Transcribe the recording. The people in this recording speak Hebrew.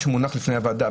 במה שמונח בפני הוועדה,